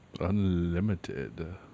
Unlimited